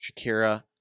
Shakira